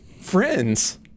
friends